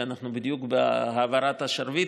כי אנחנו בדיוק בהעברת השרביט,